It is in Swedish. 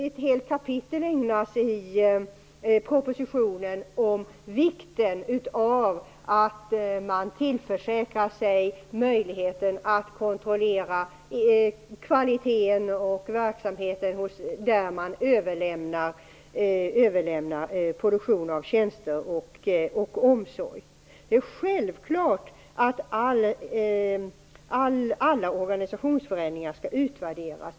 Ett helt kapitel i propositionen ägnas åt vikten av att man tillförsäkrar sig möjligheten att kontrollera kvaliteten och verksamheten där man överlämnar produktionen av tjänster och omsorg. Självklart skall alla organisationsförändringar utvärderas.